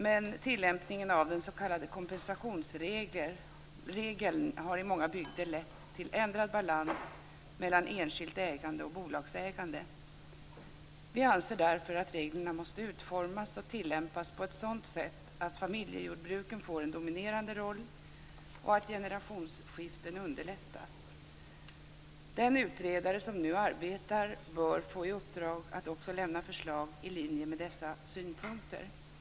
Men tillämpningen av den s.k. kompensationsregeln har i många bygder lett till ändrad balans mellan enskilt ägande och bolagsägande. Vi anser därför att reglerna måste utformas och tillämpas på ett sådant sätt att familjejordbruken får en dominerande roll och att generationsskiften underlättas. Den utredare som nu arbetar bör få i uppdrag att också lämna förslag i linje med dessa synpunkter.